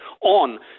on